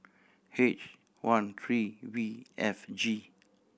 H one three V F G